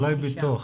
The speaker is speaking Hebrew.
אני מברך